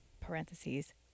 parentheses